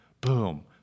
boom